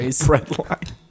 Breadline